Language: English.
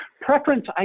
preference